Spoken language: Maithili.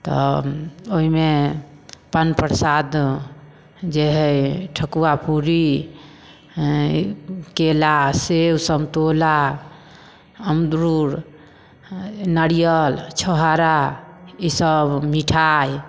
तऽ ओहिमे पान प्रसाद जे है ठकुआ पुड़ी केला सेब संतौला अंगुर नारियल छोहारा ईसब मिठाइ